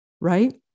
right